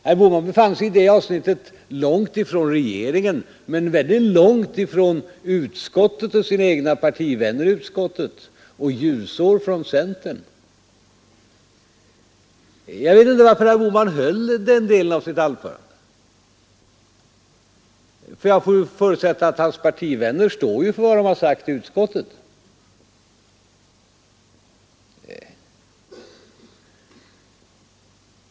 Herr Bohman befann sig i det avsnittet långt ifrån regeringen men också synnerligen långt från utskottet och sina egna partivänner i utskottet och hela ljusår från centern. Jag vet inte varför herr Bohman höll den delen av sitt anförande; jag får förutsätta att hans partivänner står för vad de har sagt i utskottet.